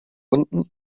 unten